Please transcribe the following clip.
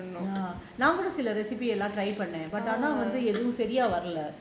ya நான்கூட சில எல்லாம் பண்ணினேன் ஆனா வந்து சரியா வரல:naankuda sila ellaam panninaen aana vanthu sariya varala